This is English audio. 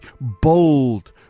bold